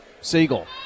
Siegel